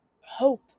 hope